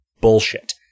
bullshit